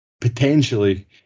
potentially